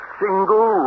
single